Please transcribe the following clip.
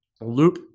Loop